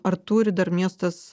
ar turi dar miestas